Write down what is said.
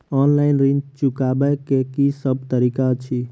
Online ऋण चुकाबै केँ की सब तरीका अछि?